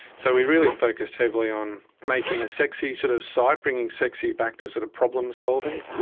so we really focused heavily on making a sexy sort of site, bringing sexy back to sort of problem solving.